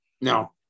No